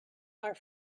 are